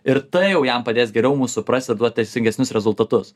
ir tai jau jam padės geriau mus suprasti ir duot teisingesnius rezultatus